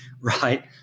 right